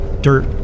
dirt